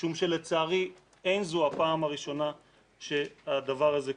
משום שלצערי אין זו הפעם הראשונה שהדבר הזה קורה,